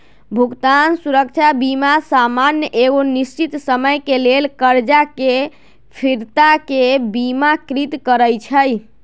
भुगतान सुरक्षा बीमा सामान्य एगो निश्चित समय के लेल करजा के फिरताके बिमाकृत करइ छइ